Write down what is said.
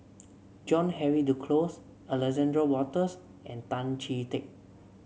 John Henry Duclos Alexander Wolters and Tan Chee Teck